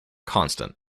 constant